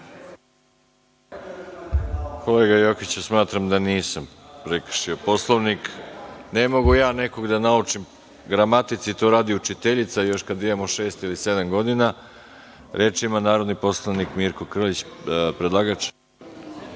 Kolega Jokiću, smatram da nisam prekršio Poslovnik, ne mogu ja nekoga da naučim gramatici, to radi učiteljica, još kada ima 6 ili 7 godina. Reč ima narodni poslanik Mirko Krlić, predlagač.